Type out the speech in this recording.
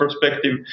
perspective